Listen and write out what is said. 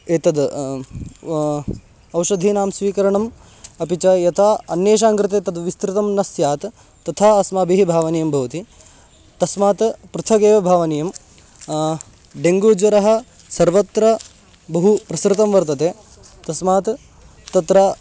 एतद् औषधीनां स्वीकरणम् अपि च यथा अन्येषाङ्कृते तद् विस्तृतं न स्यात् तथा अस्माभिः भावनीयं भवति तस्मात् पृथगेव भावनीयं डेङ्गूज्वरः सर्वत्र बहु प्रसृतं वर्तते तस्मात् तत्र